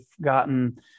gotten